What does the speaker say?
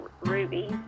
Ruby